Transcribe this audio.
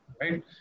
Right